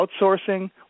outsourcing